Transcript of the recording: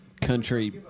country